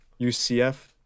UCF